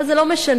אבל זה לא משנה,